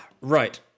Right